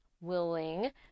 willing